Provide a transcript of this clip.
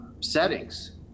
settings